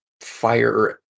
fire